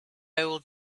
will